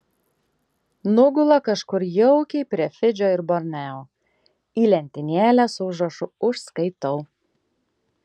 nugula kažkur jaukiai prie fidžio ir borneo į lentynėlę su užrašu užskaitau